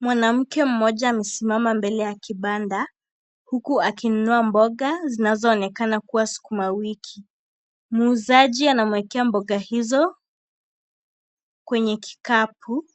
Mwanamke mmoja amesimama mbele ya kibanda huku akinunua mboga zinazoonekana kuwa sukuma wiki. Mwuzaji anamwekea mboga hizo kwenye kikapu,